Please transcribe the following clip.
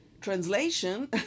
translation